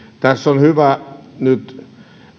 tässä on hyvä nyt